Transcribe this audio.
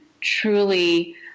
truly